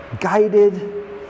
guided